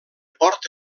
port